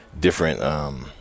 different